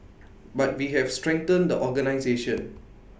but we have strengthened the organisation